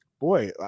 boy